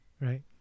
Right